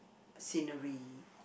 scenery